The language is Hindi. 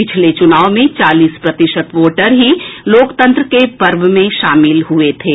पिछले चुनाव में चालीस प्रतिशत वोटर ही लोकतंत्र के पर्व में शामिल हुए थे